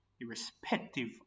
irrespective